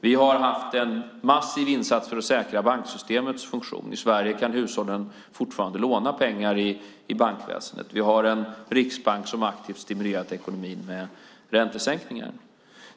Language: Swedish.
Vi har gjort en massiv insats för att säkra banksystemets funktion. I Sverige kan hushållen fortfarande låna pengar i bankväsendet. Vi har en riksbank som aktivt stimulerat ekonomin med räntesänkningar.